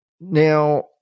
Now